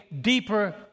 deeper